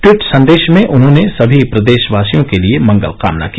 tweet संदेश में उन्होंने सभी प्रदेशवासियों के लिए मंगलकामना की